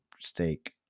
steak